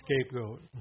scapegoat